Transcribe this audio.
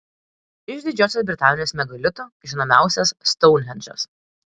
iš didžiosios britanijos megalitų žinomiausias stounhendžas